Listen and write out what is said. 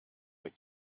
what